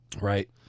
Right